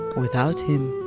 without him.